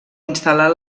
instal·lar